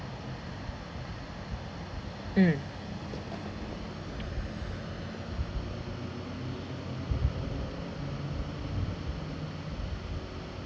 mm